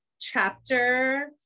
chapter